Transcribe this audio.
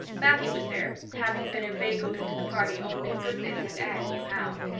matthew was there, having been inveigled into the party only goodness and anne knew how.